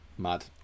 Mad